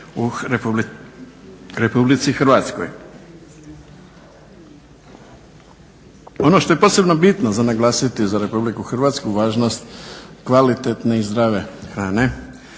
u okoliš u RH. Ono što je posebno bitno za naglasiti za RH važnost kvalitetne i zdrave hrane.